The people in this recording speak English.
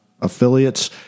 affiliates